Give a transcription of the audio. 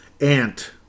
Ant